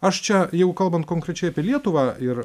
aš čia jeigu kalbant konkrečiai apie lietuvą ir